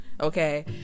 okay